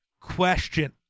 question